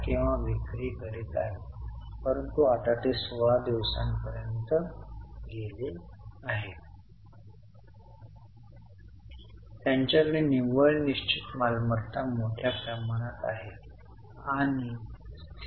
तर गुंतवणूकीतील दोन वस्तू अधिक 4000 आणि वजा 39600 गुंतवणूकीतील निव्वळ कॅश फ्लो 35600 तुम्हाला मिळत आहे काय